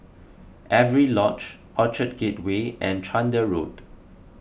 Avery Lodge Orchard Gateway and Chander Road